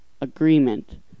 agreement